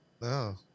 No